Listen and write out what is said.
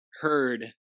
heard